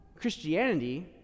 Christianity